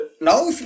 now